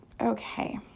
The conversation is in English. okay